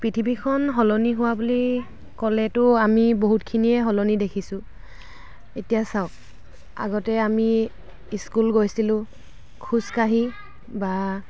পৃথিৱীখন সলনি হোৱা বুলি ক'লেতো আমি বহুতখিনিয়েই সলনি দেখিছোঁ এতিয়া চাওক আগতে আমি স্কুল গৈছিলোঁ খোজকাঢ়ি বা